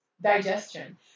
Digestion